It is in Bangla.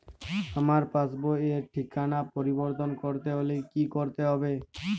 আমার পাসবই র ঠিকানা পরিবর্তন করতে হলে কী করতে হবে?